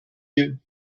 you